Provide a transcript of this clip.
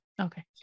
Okay